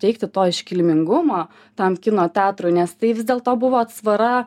teikti to iškilmingumą tam kino teatrui nes tai vis dėlto buvo atsvara